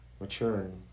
maturing